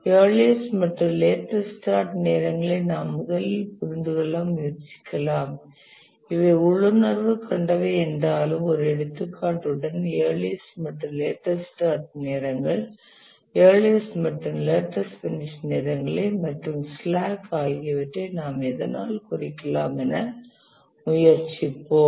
earliest மற்றும் latest start நேரங்களை நாம் முதலில் புரிந்துகொள்ள முயற்சிக்கலாம் இவை உள்ளுணர்வு கொண்டவை என்றாலும் ஒரு எடுத்துக்காட்டுடன் இயர்லியஸ்ட் மற்றும் லேட்டஸ்ட் ஸ்டார்ட் நேரங்கள் இயர்லியஸ்ட் மற்றும் லேட்டஸ்ட் பினிஷ் நேரங்கள் மற்றும் ஸ்லாக் ஆகியவற்றை நாம் எதனால் குறிக்கலாம் என முயற்சிப்போம்